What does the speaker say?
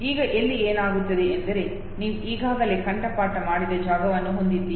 ಈಗ ಇಲ್ಲಿ ಏನಾಗುತ್ತದೆ ಎಂದರೆ ನೀವು ಈಗಾಗಲೇ ಕಂಠಪಾಠ ಮಾಡಿದ ಜಾಗವನ್ನು ಹೊಂದಿದ್ದೀರಿ